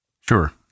Sure